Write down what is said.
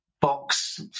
box